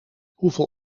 hoeveel